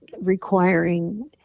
requiring